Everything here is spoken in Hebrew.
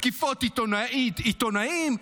תקיפות עיתונאים.